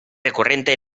recurrente